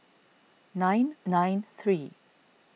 nine nine three